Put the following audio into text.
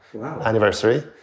anniversary